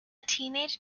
teenage